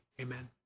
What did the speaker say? Amen